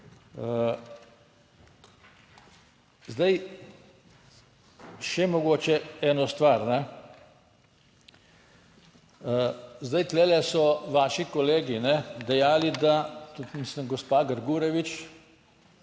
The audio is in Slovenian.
Zdaj še mogoče eno stvar. Tu so vaši kolegi dejali, da tudi mislim gospa Grgurevič,